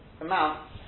amount